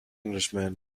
englishman